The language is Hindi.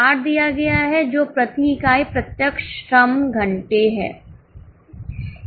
4 दिया गया है जो प्रति इकाई प्रत्यक्ष श्रम घंटे है